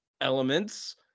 elements